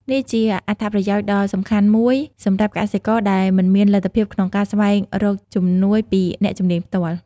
នេះជាអត្ថប្រយោជន៍ដ៏សំខាន់មួយសម្រាប់កសិករដែលមិនមានលទ្ធភាពក្នុងការស្វែងរកជំនួយពីអ្នកជំនាញផ្ទាល់។